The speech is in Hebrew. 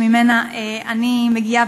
שממנה אני מגיעה,